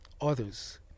others